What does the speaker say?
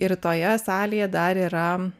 ir toje salėje dar yra